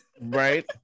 Right